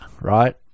right